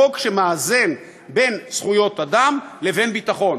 חוק שמאזן בין זכויות אדם לבין ביטחון.